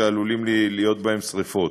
שעלולים להיות בהם שרפות.